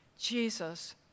Jesus